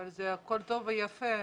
זה הכול טוב ויפה.